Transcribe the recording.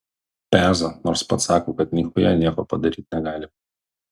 peza nors pats sako kad nichuja nieko padaryt negali